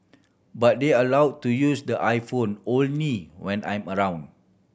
but they are allow to use the iPhone only when I'm around